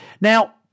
now